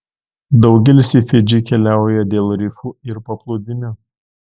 daugelis į fidžį keliauja dėl rifų ir paplūdimių